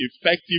effective